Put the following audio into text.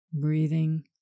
breathing